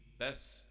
best